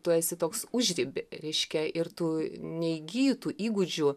tu esi toks užriby reiškia ir tu neįgyji tų įgūdžių